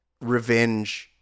revenge